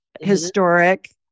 historic